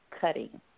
cutting